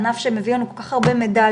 ענף שמביא לנו כל כך הרבה מדליות,